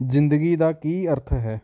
ਜ਼ਿੰਦਗੀ ਦਾ ਕੀ ਅਰਥ ਹੈ